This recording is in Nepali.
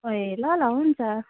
ए ल ल हुन्छ